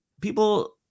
People